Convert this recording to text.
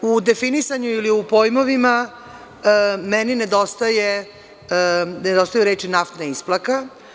U definisanju ili u pojmovima meni nedostaju reči – naftna isplaka.